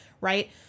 right